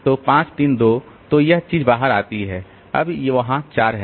तो 5 3 2 तो वह चीज बाहर आती है अब वहाँ 4 है